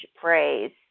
phrase